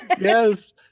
yes